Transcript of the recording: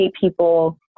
people